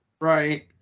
Right